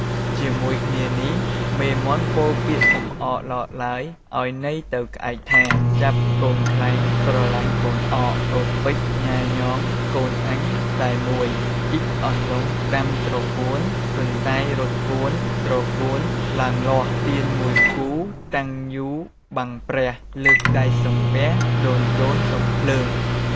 ជាមួយគ្នានេះមេមាន់ពោលពាក្យចំអកឡកឡើយឱ្យន័យទៅខ្លែងថា «ចាប់កូនខ្លែងប្រឡែងកូនអក ពពេចញ៉ែកញ៉កកូនអញតែមួយ ជីកអន្លង់ដាំត្រកួន ទន្សាយរត់ពួន ត្រកួនឡើងលាស់ ទៀន១គូតាំងយូបាំងព្រះ លើកដៃសំពះ ដូនៗសុំភ្លើង» ។